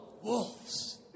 wolves